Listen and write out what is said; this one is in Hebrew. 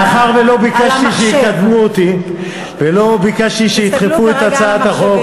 מאחר שלא ביקשתי שיקדמו אותי ולא ביקשתי שידחפו את הצעת החוק,